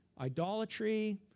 idolatry